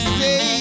say